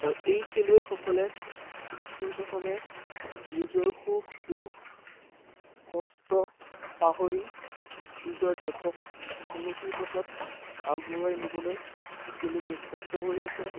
আৰু এই খেলুৱৈসকলে পোনপ্ৰথমে নিজৰ সুখ দুখ কষ্ট পাহৰি নিজৰ দেশক উন্নতিৰ পথত আগবঢ়াই নিবলৈ তেনেকৈ কষ্ট কৰি আছে